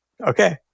Okay